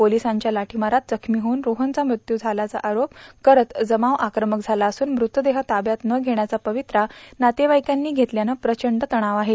पोलिसांच्या लाठीमारात जखमी होऊन रोहनचा मृत्यू झालेचा आरोप करत जमाव आक्रमक झाला असून म्रतदेह ताब्यात न घेण्याचा पवित्रा नातेवाइकनी घेतल्यानं प्रचंड तणाव आहे